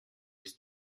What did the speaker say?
ist